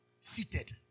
seated